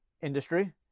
industry